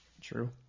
True